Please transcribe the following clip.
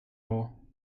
all